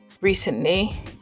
recently